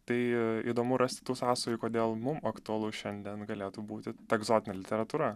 tai įdomu rasti tų sąsajų kodėl mum aktualus šiandien galėtų būti ta egzotinė literatūra